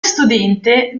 studente